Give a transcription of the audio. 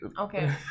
Okay